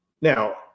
Now